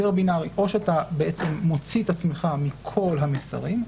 או שאתה מוציא את עצמך מכל המסרים,